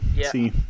See